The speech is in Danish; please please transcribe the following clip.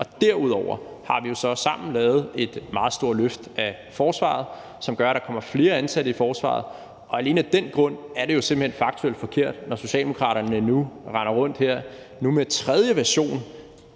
dag. Derudover har vi så også et meget stort løft af forsvaret, som gør, at der kommer flere ansatte i forsvaret, og alene af den grund er det jo simpelt hen faktuelt forkert, når Socialdemokraterne nu render rundt med tredje version,